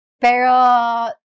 Pero